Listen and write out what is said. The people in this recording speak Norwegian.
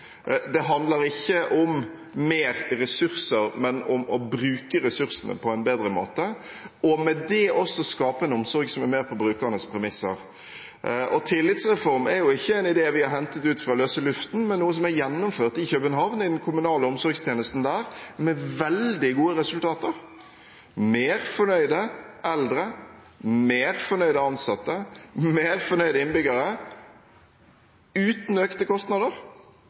Det handler ikke om mer ressurser, men om å bruke ressursene på en bedre måte og med det også skape en omsorg som er mer på brukernes premisser. Tillitsreform er ikke en idé vi har hentet fra løse luften, men noe som er gjennomført i København i den kommunale omsorgstjenesten der, med veldig gode resultater – mer fornøyde eldre, mer fornøyde ansatte, mer fornøyde innbyggere, uten økte kostnader